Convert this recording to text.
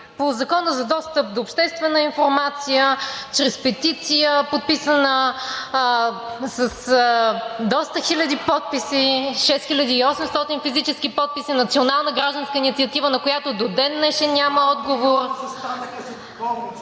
по Закона за достъп до обществена информация, чрез петиция, подписана с доста хиляди подписи – 6800 физически подписа! Национална гражданска инициатива, на която до ден днешен няма отговор!